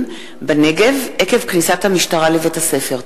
בנגב עקב כניסת המשטרה לבית-הספר,